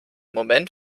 moment